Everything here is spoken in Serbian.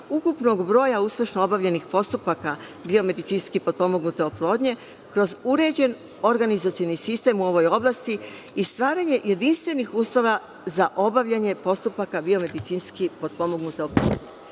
ukupnog broja uspešnih postupaka biomedicinski potpomognute oplodnje kroz uređen organizacioni sistem u ovoj oblasti i stvaranje jedinstvenih uslova za obavljanje postupaka biomedicinski potpomognute oplodnje,